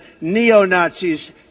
neo-Nazis